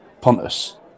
Pontus